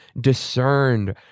discerned